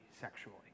sexually